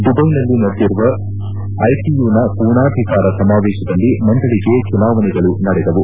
ದುಬೈನಲ್ಲಿ ನಡೆದಿರುವ ಐಟಿಯುನ ಪೂರ್ಣಾಧಿಕಾರ ಸಮಾವೇಶದಲ್ಲಿ ಮಂಡಳಿಗೆ ಚುನಾವಣೆಗಳು ನಡೆದವು